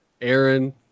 aaron